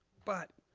but,